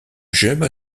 gemme